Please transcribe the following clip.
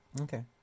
Okay